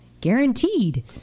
guaranteed